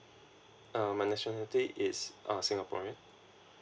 um my nationality is a singaporean